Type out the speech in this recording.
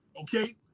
Okay